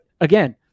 again